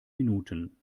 minuten